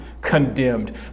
condemned